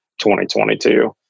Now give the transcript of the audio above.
2022